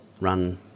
run